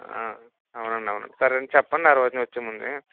అవునండి అవునండి సరేనండి చెప్పండి ఆ రోజున వచ్చేముందే